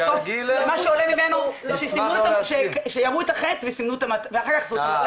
מה שעולה ממנו זה שירו את החץ ואחר כך ציירו את המטרה,